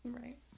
Right